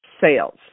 sales